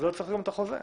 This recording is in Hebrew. לא צריך את החוזה.